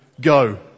go